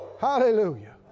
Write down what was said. Hallelujah